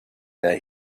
that